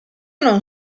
non